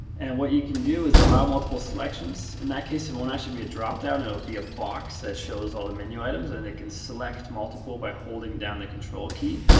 and what you can do is allow multiple selections. in that case, it won't actually be a dropdown, it'll be a box that shows all the menu items. and they can select multiple by holding down the control key.